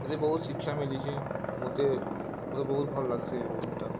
ହେତି ବହୁତ୍ ଶିକ୍ଷା ମିଲିଛେ ମତେ ମତେ ବହୁତ୍ ଭଲ୍ ଲାଗ୍ସି ସେ ବହିଟା